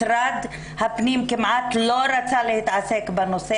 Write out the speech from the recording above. משרד הפנים כמעט לא רצה להתעסק בנושא.